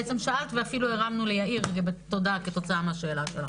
בעצם שאלת ואפילו הרמנו ליאיר תודה כתוצאה מהשאלה שלך,